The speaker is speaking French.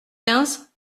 quinze